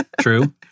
True